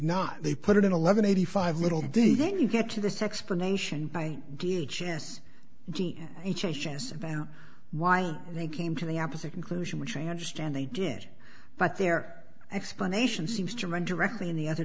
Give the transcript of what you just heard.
not they put it in eleven eighty five little d then you get to this explanation by d h s g h h s about why they came to the opposite conclusion which i understand they did but their explanation seems to run directly in the other